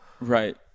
Right